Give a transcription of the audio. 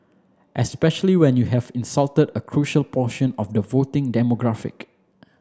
especially when you have insulted a crucial portion of the voting demographic